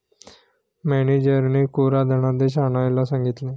मॅनेजरने कोरा धनादेश आणायला सांगितले